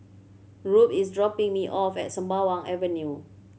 rube is dropping me off at Sembawang Avenue